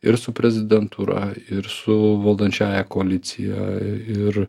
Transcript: ir su prezidentūra ir su valdančiąja koalicija ir